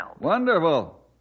Wonderful